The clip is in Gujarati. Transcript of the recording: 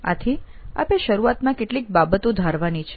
આથી આપે શરૂઆતમાં કેટલીક બાબતો ધારવાની છે